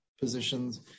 positions